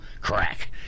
crack